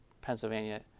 Pennsylvania